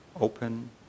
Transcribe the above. open